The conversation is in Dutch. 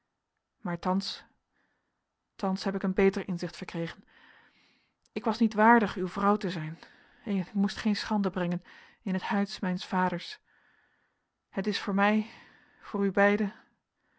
maar thans heb ik een beter inzicht verkregen ik was niet waardig uw vrouw te zijn en ik moest geen schande brengen in het huis mijns vaders het is voor mij voor u beiden